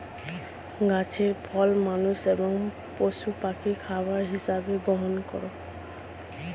গাছের ফল মানুষ এবং পশু পাখি খাবার হিসাবে গ্রহণ করে